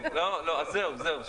זהו,